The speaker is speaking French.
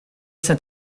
cet